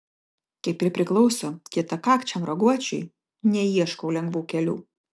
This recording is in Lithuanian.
kaip ir priklauso kietakakčiam raguočiui neieškau lengvų kelių